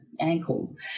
ankles